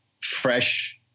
fresh